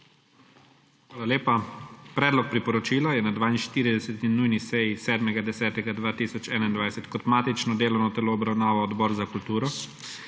Hvala lepa. Predlog priporočila je na 42. nujni seji 7. 10. 2021 kot matično delovno telo obravnaval Odbor za kulturo.